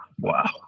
Wow